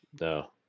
No